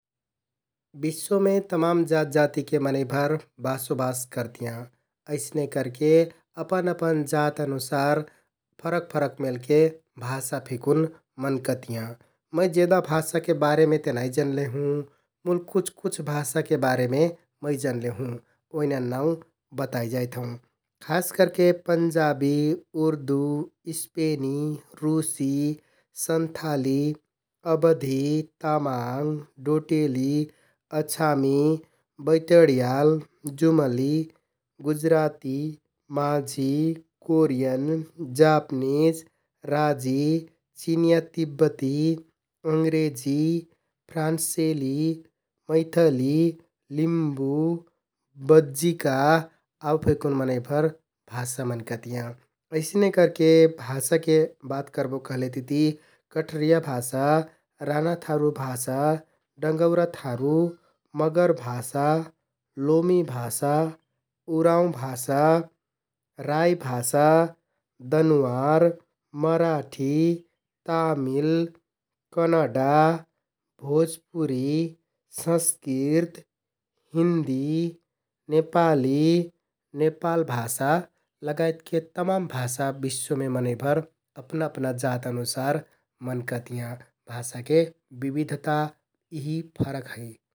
बिश्‍वमे तमान जातजातिके मनैंभर बासोबास करतियाँ । अइसने करके अपन अपन जात अनुसार फरक फरक मेलके भाषा फेकुन मनकतियाँ । मै जेदा भाषाके बारेमे ते नाइ जन्ले हुँ मुल कुछ कुछ भाषाके बारेमे मै जन्ले हुँ ओइनन नाउँ बताइ जाइथौं । खास करके पन्जाबी, उर्दु, स्पेनि, रुसि, सन्थालि, अबधि, तामाङ्ग, डोटेलि, अछामि, बैतेडयाल, जुम्ली, गुजराति, माझि, कोरियन, जापनिज, राजि, चिनियाँ तिब्बती, अंग्रेजी, फ्रान्सेली, मैथली, लिम्बु, बज्जिका आउ फेकुन मनैंभर भाषा मनकतियाँ । अइसने करके भाषाके बात करबो कहलेतिति कठरिया भाषा, रानाथारु भाषा, डंगौरा थारु मगर भाषा, ल्होमी भाषा, उराँव भाषा, राई भाषा, दनुवार, मराठी, तामिल, कनडा, भोजपुरी, संस्कृत, हिन्दी, नेपाली, नेपाल भाषा लगायतके तमान भाषा बिश्‍वमे मनैंभर अपना अपना जात अनुसार मनकतियाँ । भाषाके बिबिधता यिहि फरक है ।